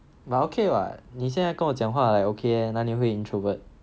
but okay [what] 你现在跟我讲话 like okay leh 哪里会 introvert